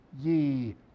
ye